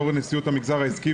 יו"ר נשיאות המגזר העסקי,